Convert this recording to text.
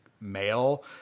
male